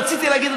רציתי להגיד,